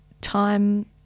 time –